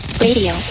radio